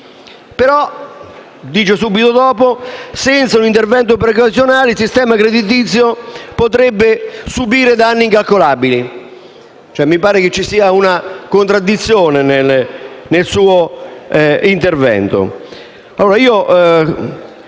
però subito dopo che, senza un intervento precauzionale, il sistema creditizio potrebbe subire danni incalcolabili. Mi pare ci sia una contraddizione nel suo intervento.